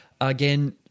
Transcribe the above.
Again